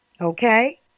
Okay